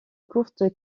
courte